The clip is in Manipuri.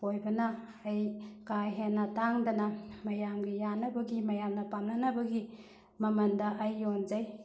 ꯑꯣꯏꯕꯅ ꯑꯩ ꯀꯥ ꯍꯦꯟꯅ ꯇꯥꯡꯗꯅ ꯃꯌꯥꯝꯒꯤ ꯌꯥꯅꯕꯒꯤ ꯃꯌꯥꯝꯅ ꯄꯥꯝꯅꯅꯕꯒꯤ ꯃꯃꯟꯗ ꯑꯩ ꯌꯣꯟꯖꯩ